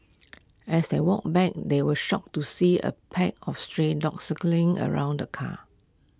as they walked back they were shocked to see A pack of stray dogs circling around the car